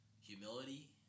humility